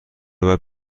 باید